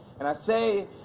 and i say,